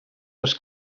les